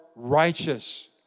righteous